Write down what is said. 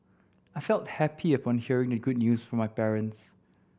I felt happy upon hearing the good news from my parents